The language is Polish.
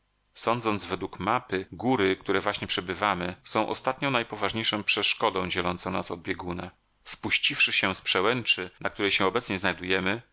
sądząc według mapy góry które właśnie przebywamy są ostatnią najpoważniejszą przeszkodą dzielącą nas od bieguna spuściwszy się z przełęczy na której się obecnie znajdujemy